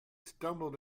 stumbled